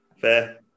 Fair